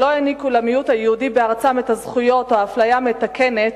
שלא העניקו למיעוט היהודי בארצן את הזכויות או האפליה המתקנת,